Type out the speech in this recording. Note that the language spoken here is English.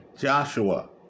Joshua